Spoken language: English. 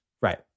Right